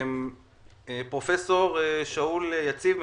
פרופ' שאול יציב,